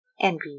envy